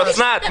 חוצפנית.